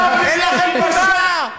אין לכם בושה.